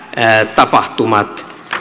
tapahtumat